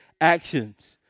actions